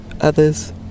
others